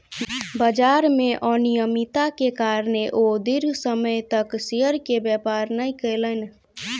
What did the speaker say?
बजार में अनियमित्ता के कारणें ओ दीर्घ समय तक शेयर के व्यापार नै केलैन